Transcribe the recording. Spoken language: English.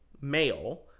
male